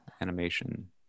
animation